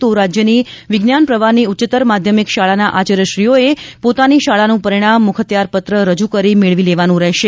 તો રાજ્યની વિજ્ઞાન પ્રવાહની ઉચ્ચતર માધ્યમિક શાળાના આચાર્યશ્રીઓએ પોતાની શાળાનું પરિણામ મુખત્યાર પત્ર રજૂ કરી મેળવી લેવાનું રહેશે